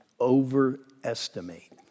overestimate